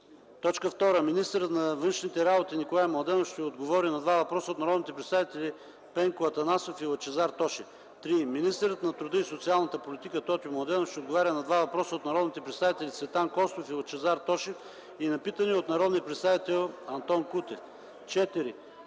Шопов. Министърът на външните работи Николай Младенов ще отговори на два въпроса от народните представители Пенко Атанасов и Лъчезар Тошев. Министърът на труда и социалната политика Тотю Младенов ще отговори на два въпроса от народните представители Цветан Костов и Лъчезар Тошев и на питане от народния представител Антон Кутев.